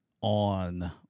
on